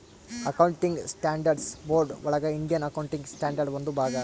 accounting standards board ಒಳಗ Indian accounting standard ಒಂದು ಭಾಗ